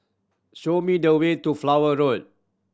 show me the way to Flower Road